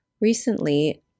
Recently